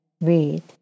read